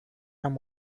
and